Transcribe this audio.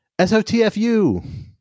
SOTFU